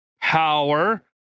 power